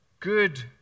good